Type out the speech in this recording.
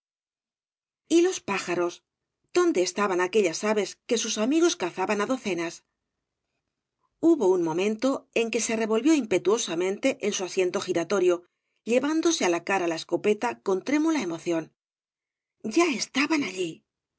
y los pájaros dónde estaban aquellas aves que bus amigos cazaban á docenas hubo un momento en que se revolvió impetuosamente en su asiento giratorio llevándose á la cara la escopeta con trémula emoción ya estaban allí